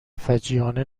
فجیعانه